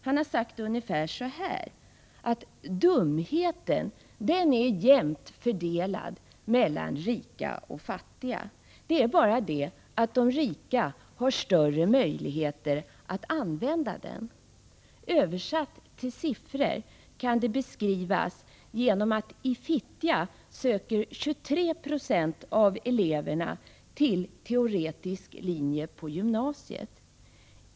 Han har sagt ungefär så här: Dumheten är jämnt fördelad mellan fattiga och rika. Det är bara det att de rika har större möjligheter att använda den. Översatt till siffror kan det beskrivas så här: I Fittja söker 23 20 av eleverna till teoretisk linje på gymnasiet.